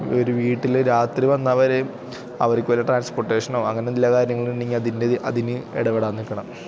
ഒരു വീട്ടില് രാത്രി വന്നവരെയും അവര്ക്കു വരെ ട്രാൻസ്പോർട്ടേഷനോ അങ്ങനെ എല്ലാ കാര്യങ്ങളുമുണ്ടെങ്കില് അതിൻ്റെ അതിന് ഇടപെടാൻ നില്ക്കണം